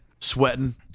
sweating